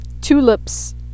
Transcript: tulips